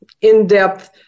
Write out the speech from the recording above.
in-depth